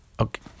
Okay